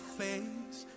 face